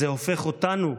זה הופך אותנו,